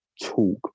talk